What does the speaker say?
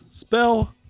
spell